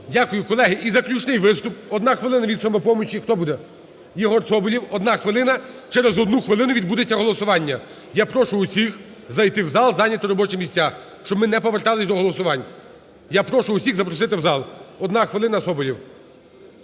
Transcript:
Дякую. Колеги, і заключний виступ. Одна хвилина від "Самопомочі". Хто буде? Єгор Соболєв, одна хвилина. Через одну хвилину відбудеться голосування. Я прошу усіх зайти в зал, зайняти робочі місця, щоб ми не повертались до голосувань. Я прошу всіх запросити в зал. Одна хвилина – Соболєв.